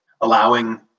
allowing